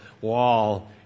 wall